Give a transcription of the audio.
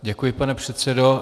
Děkuji, pane předsedo.